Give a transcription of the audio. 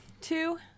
Two